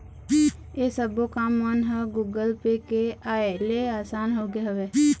ऐ सब्बो काम मन ह गुगल पे के आय ले असान होगे हवय